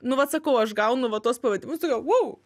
nu vat sakau aš gaunu va tuos pavadinimus tokia vau